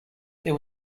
there